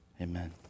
amen